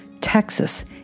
Texas